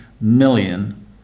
million